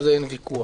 על זה אין ויכוח.